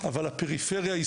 אבל הפריפריה שלה,